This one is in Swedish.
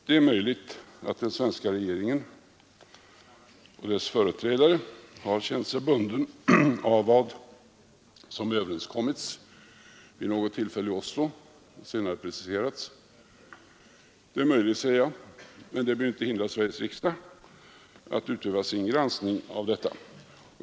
Det är möjligt att den svenska regeringen och dess företrädare har känt sig bundna av vad som överenskommits vid något tillfälle i Oslo. Det är möjligt, men det behöver inte hindra Sveriges riksdag att granska detta.